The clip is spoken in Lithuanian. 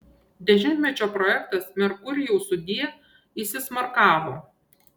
dešimtmečio projektas merkurijau sudie įsismarkavo